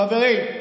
חברים,